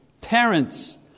Parents